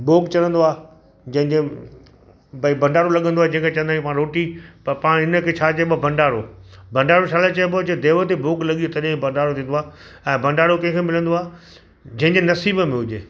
भोॻ चणंदो आहे जंहिं जे भई भंडारो लॻंदो आहे जंहिंखे चवंदा आहियूं पाणि रोटी त पाणि हिनखे छा चइबो आहे भंडारो भंडारो छा लाइ चइबो आहे जे देव ते भोॻ लॻी वियो तॾहिं भंडारो थींदो आहे ऐं भंडारो कंहिं खे मिलंदो आहे जंहिं जंहिं नसीब में हुजे